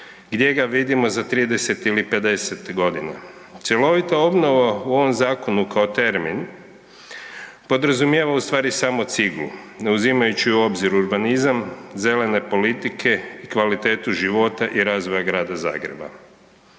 gdje ga vidimo za 30 ili 50 godina. Cjelovita obnova u ovom zakonu kao termin podrazumijeva ustvari samo ciglu, ne uzimajući u obzir urbanizam, zelene politike, kvalitetu života i razvoja Grada Zagreba.